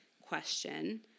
question